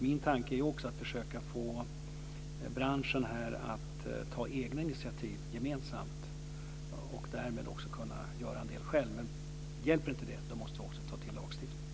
Min tanke är att försöka få branschen att ta egna initiativ gemensamt och därmed göra en del själv. Hjälper inte det, då måste vi ta till lagstiftningen.